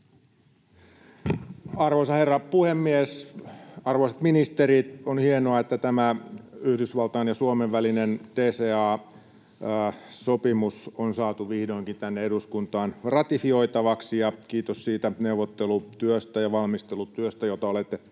Arvoisa herra puhemies! Arvoisat ministerit! On hienoa, että tämä Yhdysvaltain ja Suomen välinen DCA-sopimus on saatu vihdoinkin tänne eduskuntaan ratifioitavaksi — kiitos siitä neuvottelutyöstä ja valmistelutyöstä, jota olette tehneet.